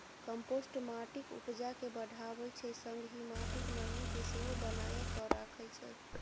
compost माटिक उपजा केँ बढ़ाबै छै संगहि माटिक नमी केँ सेहो बनाए कए राखै छै